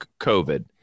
COVID